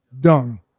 dung